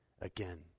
again